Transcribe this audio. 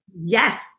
Yes